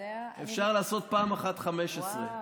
אפשר לעשות פעם אחת 15. אתה יודע,